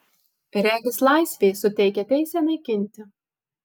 regis laisvė suteikia teisę naikinti